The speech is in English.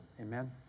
Amen